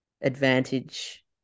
advantage